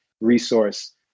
resource